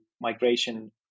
migration